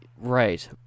Right